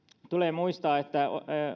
tulee muistaa että